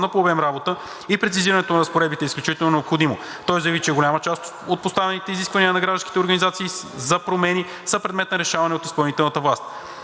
по обем работа и прецизирането на разпоредбите е изключително необходимо. Той заяви, че голяма част от поставените искания на гражданските организации за промени са предмет на решаване от изпълнителната власт.